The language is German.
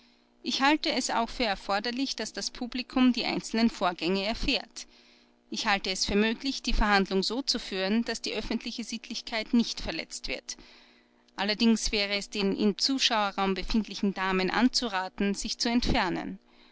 ich halte es auch für erforderlich daß das publikum die einzelnen vorgänge erfährt ich halte es für möglich die verhandlung so zu führen daß die öffentliche sittlichkeit nicht verletzt wird allerdings wäre es den im zuschauerraum befindlichen damen anzuraten sich zu entfernen